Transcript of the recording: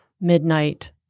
midnight